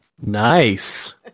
nice